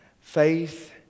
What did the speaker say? Faith